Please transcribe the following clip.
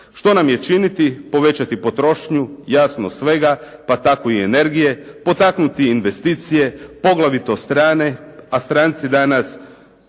Što nam je činiti? Povećati potrošnju, jasno svega, pa tako i energije, potaknuti investicije, poglavito strane, a stranci danas